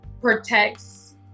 protects